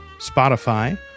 spotify